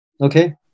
Okay